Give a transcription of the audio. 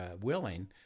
willing